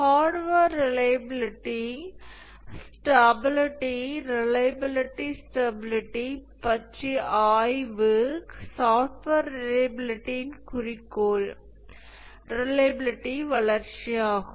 hardware reliability stability reliability stability பற்றிய ஆய்வு software ரிலையபிலிட்டியின் குறிக்கோள் ரிலையபிலிட்டி வளர்ச்சியாகும்